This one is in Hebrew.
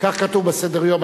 לא, כך כתוב בסדר-יום.